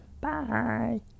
Bye